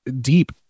deep